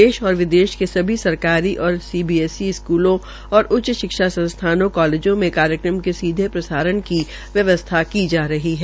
देश और विदेश के सभी सरकारी और सीबीएससी स्कूलों और उच्च शिक्षा संस्थानों कालेजों में कार्यक्रम के सीधा प्रसारण की व्यवस्था की जा रही है